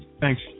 Thanks